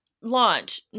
launch